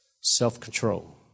self-control